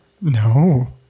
no